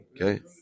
Okay